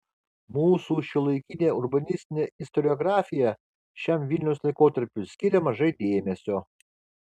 mūsų šiuolaikinė urbanistinė istoriografija šiam vilniaus laikotarpiui skiria mažai dėmesio